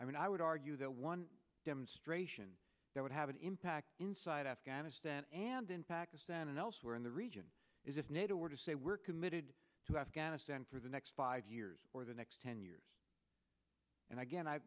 i mean i would argue the one demonstration that would have an impact inside afghanistan and in pakistan and elsewhere in the region is if nato were to say we're committed to afghanistan for the next five years or the next ten years and again i